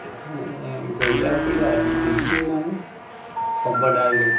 গৰিয়া পৰিয়া আদি বিভিন্ন সম্প্ৰদায়ৰ লোক